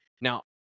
Now